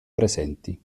presenti